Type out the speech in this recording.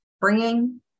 bringing